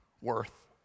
worth